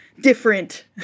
different